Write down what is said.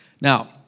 Now